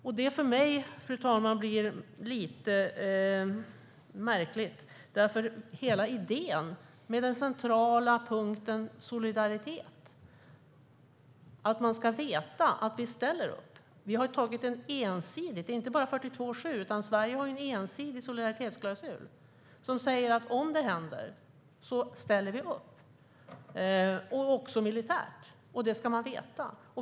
Det blir för mig, fru talman, lite märkligt, för hela idén med den centrala punkten solidaritet är att man ska veta att vi ställer upp. Det är inte bara 42.7, utan Sverige har en ensidig solidaritetsklausul som säger: Om det händer ställer vi upp, också militärt. Det ska man veta.